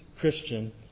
Christian